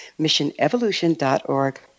missionevolution.org